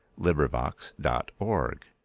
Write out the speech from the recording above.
LibriVox.org